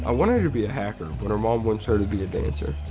i wanted her to be a hacker but her mom wants her to be a dancer.